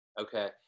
Okay